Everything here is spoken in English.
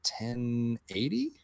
1080